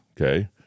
okay